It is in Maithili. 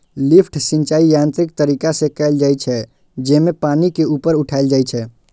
लिफ्ट सिंचाइ यांत्रिक तरीका से कैल जाइ छै, जेमे पानि के ऊपर उठाएल जाइ छै